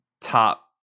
top